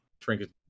trinkets